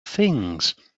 things